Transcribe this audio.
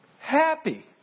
Happy